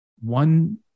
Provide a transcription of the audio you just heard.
one